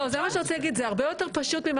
זה הרבה יותר פשוט.